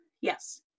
yes